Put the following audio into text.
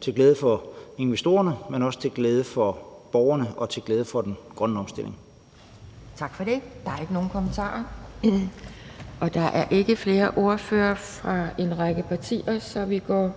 til glæde for investorerne, men også til glæde for borgerne og til glæde for den grønne omstilling. Kl. 11:47 Anden næstformand (Pia Kjærsgaard): Tak for det. Der er ikke nogen kommentarer. Der er ikke flere ordførere, så vi kommer